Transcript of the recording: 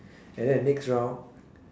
and then the next round